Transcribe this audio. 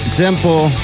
simple